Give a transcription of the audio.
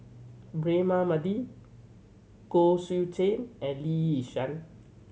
Braema Mathi Koh Seow Chuan and Lee Yi Shyan